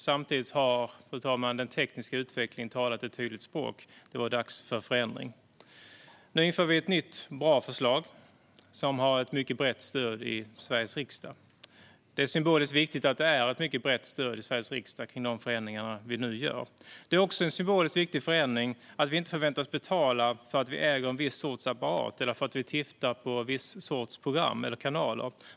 Samtidigt, fru talman, har den tekniska utvecklingen talat ett tydligt språk: Det var dags för förändring. Nu inför vi ett nytt, bra förslag som har ett mycket brett stöd i Sveriges riksdag. Det är symboliskt viktigt att det finns ett brett stöd i Sveriges riksdag för de förändringar vi nu gör. Det är också en symboliskt viktig förändring att vi inte förväntas betala för att vi äger en viss sorts apparat eller för att vi tittar på en viss sorts program eller kanaler.